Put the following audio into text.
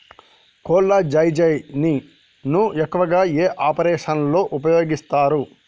కొల్లాజెజేని ను ఎక్కువగా ఏ ఆపరేషన్లలో ఉపయోగిస్తారు?